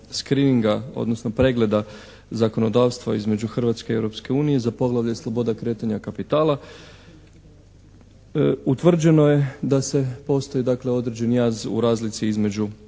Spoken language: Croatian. odnosno pregleda zakonodavstva između Hrvatske i Europske unije za poglavlje "Sloboda kretanja kapitala" utvrđeno je da se postoji dakle određeni jaz u razlici između